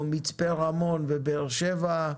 או מצפה רמון ובאר שבע,